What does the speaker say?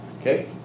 Okay